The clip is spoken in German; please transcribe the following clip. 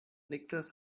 niklas